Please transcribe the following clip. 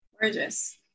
gorgeous